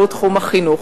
והוא תחום החינוך,